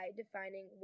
defining